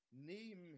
Name